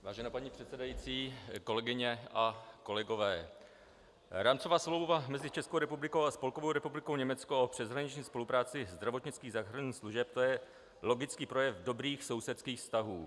Vážená paní předsedající, kolegyně a kolegové, Rámcová smlouva mezi Českou republikou a Spolkovou republikou Německo o přeshraniční spolupráci zdravotnických záchranných služeb, to je logický projev dobrých sousedských vztahů.